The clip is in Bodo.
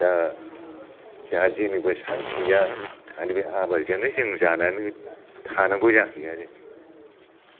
दा जोंहा जेनिबो सान्स गैया खालि बे आबारजोंनो जों जानानै थानांगौ जाहैयो आरो